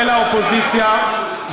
ולאופוזיציה,